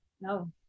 no